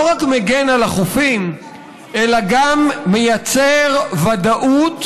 לא רק מגן על החופים אלא גם מייצר ודאות,